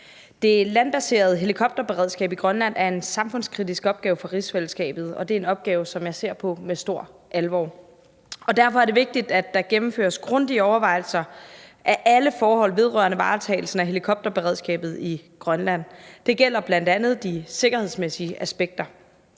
Det landbaserede helikopterberedskab i Grønland er en samfundskritisk opgave for rigsfællesskabet, og det er en opgave, som jeg ser på med stor alvor. Og derfor er det vigtigt, at der gennemføres grundige overvejelser af alle forhold vedrørende varetagelsen af helikopterberedskabet i Grønland. Det gælder blandt andet de sikkerhedsmæssige aspekter.